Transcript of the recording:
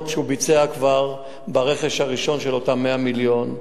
שהוא ביצע כבר ברכש הראשון מאותם 100 מיליון.